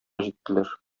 җиттеләр